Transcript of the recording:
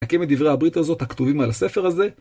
הקים מדברי הברית הזאת הכתובים על הספר הזה.